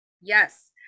Yes